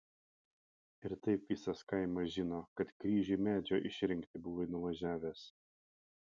ir taip visas kaimas žino kad kryžiui medžio išrinkti buvai nuvažiavęs